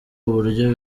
uburyo